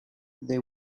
they